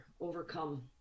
overcome